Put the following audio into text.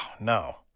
no